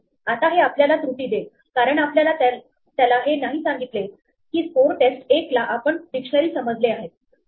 आता हे आपल्याला त्रुटी देईल कारण आपण त्याला हे नाही सांगितले की स्कोर टेस्ट 1 ला आपण डिक्शनरी समजले आहे